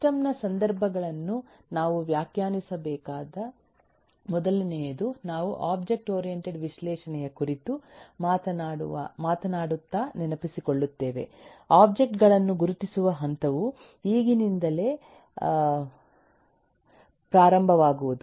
system ನ ಸಂದರ್ಭಗಳನ್ನು ನಾವು ವ್ಯಾಖ್ಯಾನಿಸಬೇಕಾದ ಮೊದಲನೆಯದು ನಾವು ಒಬ್ಜೆಕ್ಟ್ ಓರಿಯಂಟೆಡ್ ವಿಶ್ಲೇಷಣೆಯ ಕುರಿತು ಮಾತನಾಡುತ್ತಾ ನೆನಪಿಸಿಕೊಳ್ಳುತ್ತೇವೆ ಒಬ್ಜೆಕ್ಟ್ ಗಳನ್ನು ಗುರುತಿಸುವ ಹಂತವು ಈಗಿನಿಂದಲೇ ಪ್ರಾರಂಭವಾಗುವುದು